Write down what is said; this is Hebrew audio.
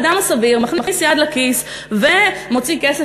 האדם הסביר מכניס יד לכיס ומוציא כסף